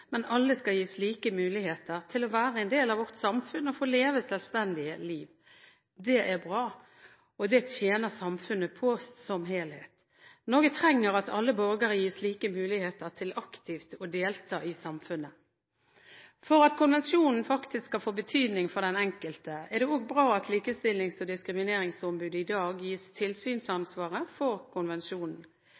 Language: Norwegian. men at alle skal gis like muligheter til å være en del av vårt samfunn og få leve selvstendige liv. Det er bra, og det tjener samfunnet på som helhet. Norge trenger at alle borgere gis like muligheter til aktivt å delta i samfunnet. For at konvensjonen faktisk skal få betydning for den enkelte, er det også bra at Likestillings- og diskrimineringsombudet i dag gis tilsynsansvaret for konvensjonen.